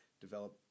develop